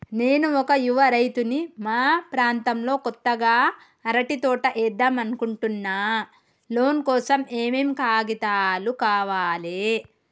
నేను ఒక యువ రైతుని మా ప్రాంతంలో కొత్తగా అరటి తోట ఏద్దం అనుకుంటున్నా లోన్ కోసం ఏం ఏం కాగితాలు కావాలే?